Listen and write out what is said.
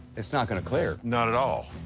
it's not gonna clear. not at all.